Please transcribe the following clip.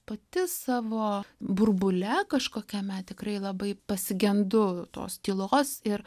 pati savo burbule kažkokiame tikrai labai pasigendu tos tylos ir